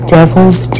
Devil's